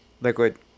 Liquid